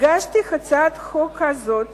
הגשתי את הצעת החוק הזאת